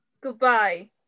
Goodbye